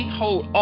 hold